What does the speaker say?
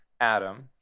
Adam